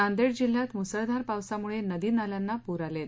नांदेड जिल्ह्यात मुसळधार पावसामुळे नदी नाल्यांना पूर आले आहेत